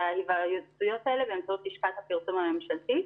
ההיוועצויות האלה באמצעות לשכת הפרסום הממשלתית.